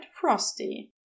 frosty